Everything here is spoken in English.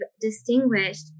distinguished